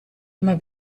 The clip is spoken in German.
immer